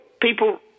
people